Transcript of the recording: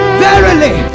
verily